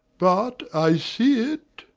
but i see it,